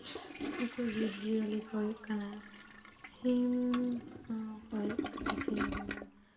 ᱩᱱᱠᱩ ᱡᱤᱵᱽᱼᱡᱤᱭᱟᱹᱞᱤ ᱠᱚ ᱦᱩᱭᱩᱜ ᱠᱟᱱᱟ ᱥᱤᱢ ᱦᱚᱸᱠᱚ ᱦᱩᱭᱩᱜ ᱠᱟᱱᱟ ᱥᱤᱢ ᱡᱮᱢᱚᱱ